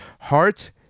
Heart